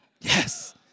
Yes